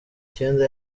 icyenda